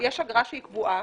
יש אגרה קבועה.